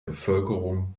bevölkerung